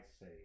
say